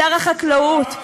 שר החקלאות,